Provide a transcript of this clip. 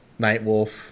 Nightwolf